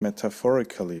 metaphorically